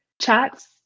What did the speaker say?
chats